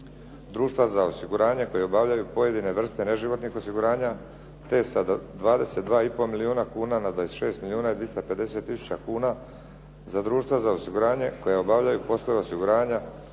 društva za osiguranje koja obavljaju pojedine vrste neživotnih osiguranje te sa 22,5 milijuna kuna na 26 milijuna i 250 tisuća kuna za društva za osiguranje koja obavljaju poslove osiguranja